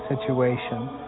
situation